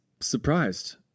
surprised